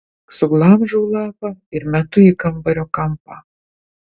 bet aš tik suglamžau lapą ir metu į kambario kampą